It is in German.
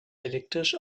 elektrisch